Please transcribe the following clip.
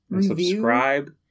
subscribe